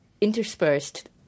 interspersed